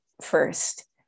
first